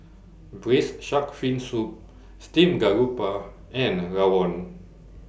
Braised Shark Fin Soup Steamed Garoupa and Rawon